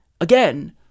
again